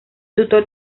tutor